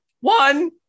one